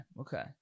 okay